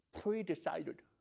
pre-decided